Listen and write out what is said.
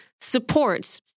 supports